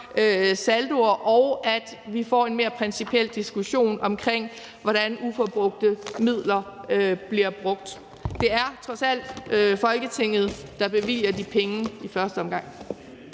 saldoer, og at vi får en mere principiel diskussion omkring, hvordan uforbrugte midler bliver brugt. Det er trods alt Folketinget, der bevilger de penge i første omgang.